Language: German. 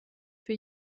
für